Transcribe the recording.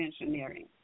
engineering